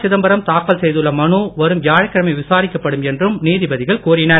சிதம்பரம் தாக்கல் செய்துள்ள மனு வரும் வியாழக்கிழமை விசாரிக்கப்படும் என்றும் நீதிபதிகள் கூறினார்